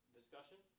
discussion